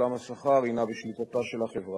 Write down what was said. בורנשטיין בבית-המשפט המחוזי בתל-אביב